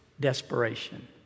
desperation